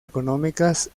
económicas